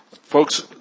Folks